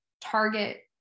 target